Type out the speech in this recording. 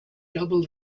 double